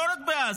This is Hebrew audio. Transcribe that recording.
לא רק בעזה,